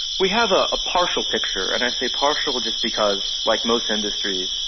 we have a ah partial picture and i say partial just because like most industries,